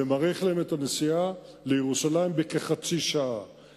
זה מאריך להם את הנסיעה לירושלים בחצי שעה לערך.